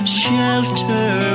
shelter